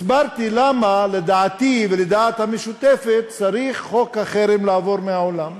הסברתי למה לדעתי ולדעת הרשימה המשותפת צריך חוק החרם לעבור מהעולם.